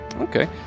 Okay